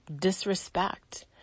disrespect